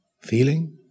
feeling